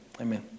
Amen